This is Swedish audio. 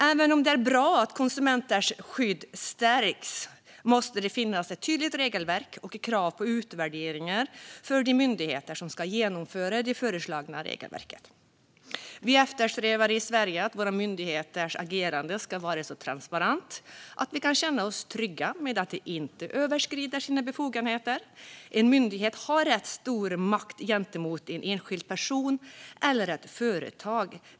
Även om det är bra att konsumenters skydd stärks måste det finnas ett tydligt regelverk och krav på utvärderingar för de myndigheter som ska genomföra det föreslagna regelverket. Vi eftersträvar i Sverige att våra myndigheters agerande ska vara så transparent att vi kan känna oss trygga med att de inte överskrider sina befogenheter. En myndighet har rätt stor makt gentemot en enskild person eller ett företag.